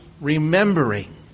remembering